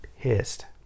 pissed